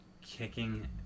kicking